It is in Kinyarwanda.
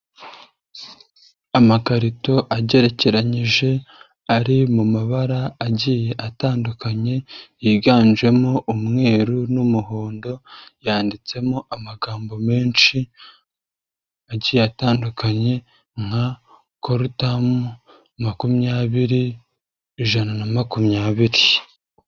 Amakarito agerekeranyije, ari mu mabara agiye atandukanye, yiganjemo umweru n'umuhondo, yanditsemo amagambo menshi agiye atandukanye nka korutamu, makumyabiri, ijana na makumyabiri.